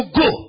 go